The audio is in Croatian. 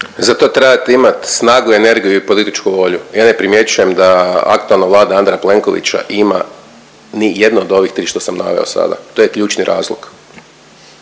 Za to trebate snagu, energiju i političku volju. Ja ne primjećujem da aktualna Vlada Andreja Plenkovića ima ni jedno od ovih tri što sam naveo sada. To je ključni razlog.